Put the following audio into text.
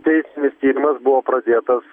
tai tyrimas buvo pradėtas